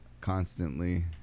constantly